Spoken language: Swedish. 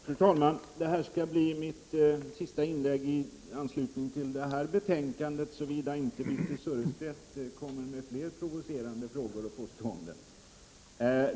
Fru talman! Det här skall bli mitt sista inlägg i anslutning till det här betänkandet — såvida inte Birthe Sörestedt kommer med fler provocerande frågor och påståenden.